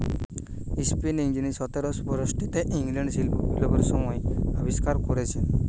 spinning যিনি সতেরশ পয়ষট্টিতে ইংল্যান্ডে শিল্প বিপ্লবের সময় আবিষ্কার কোরেছে